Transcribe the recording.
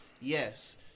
Yes